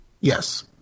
Yes